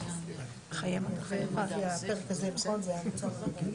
זה מה?